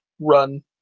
run